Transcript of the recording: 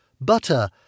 butter